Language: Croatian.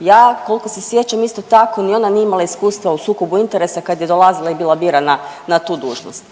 ja koliko se sjećam isto tako ni ona nije iskustva u sukobu interesa kad je dolazila i bila birana na tu dužnost,